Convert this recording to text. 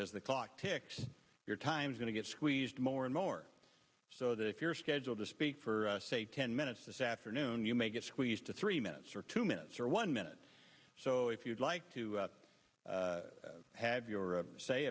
as the clock ticks your time's going to get squeezed more and more so that if you're scheduled to speak for say ten minutes this afternoon you may get squeezed to three minutes or two minutes or one minute so if you'd like to have your